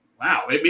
Wow